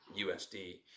USD